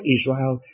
Israel